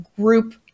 group